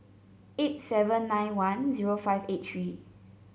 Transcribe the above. eight seven nine one zero five eight three